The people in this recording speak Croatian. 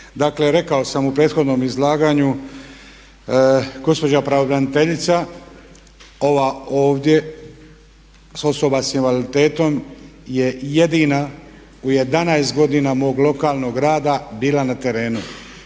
Dakle, rekao sam u prethodnom izlaganju gospođa pravobraniteljica ova ovdje osoba s invaliditetom je jedina u 11 godina mog lokalnog rada bila na terenu,